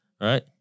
right